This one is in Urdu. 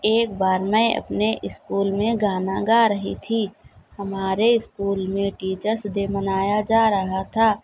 ایک بار میں اپنے اسکول میں گانا گا رہی تھی ہمارے اسکول میں ٹیچرس ڈے منایا جا رہا تھا